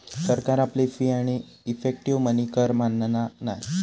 सरकार आपली फी आणि इफेक्टीव मनी कर मानना नाय